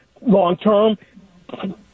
long-term